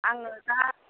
आङो दा